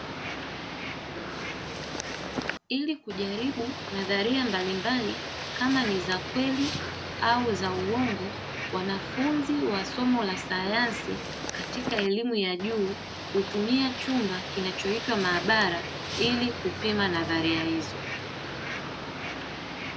Ili kujaribu nadharia mbalimbali kama ni za kweli au za uongo, wanafunzi wa somo la sayansi katika elimu ya juu hutumia chumba kinachoitwa maabara ili kupima nadharia hizo.